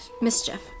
mischief